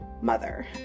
mother